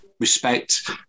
respect